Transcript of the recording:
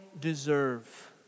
deserve